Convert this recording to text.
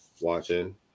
watching